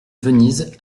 venise